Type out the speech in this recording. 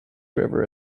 river